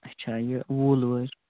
اَچھا یہِ ووٗل وٲج